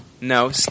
No